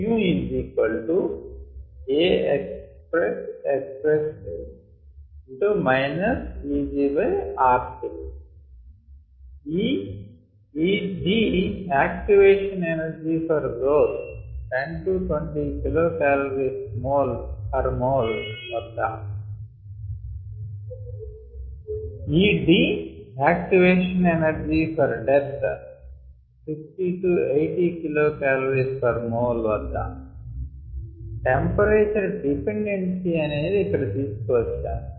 The constants and kd are given by the Arrhenius equation Aexp EgRT kdAexp EdRT activation energy for growth 10 - 20 kcal mol 1 వద్ద Where Eg is the activation energy for growth around 10 - 20 kcal mol 1 Ed activation energy for death 60 - 80 kcal mol 1 వద్ద And Ed is the activation energy for death around 60 - 80 kcal mol 1 temperature dependency అనేది ఇక్కడ తీసుకువచ్చాము